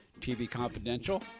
tvconfidential